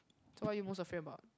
tell what you most afraid about